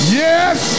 yes